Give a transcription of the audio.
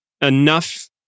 enough